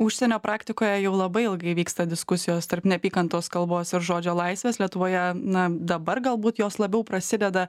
užsienio praktikoje jau labai ilgai vyksta diskusijos tarp neapykantos kalbos ir žodžio laisvės lietuvoje na dabar galbūt jos labiau prasideda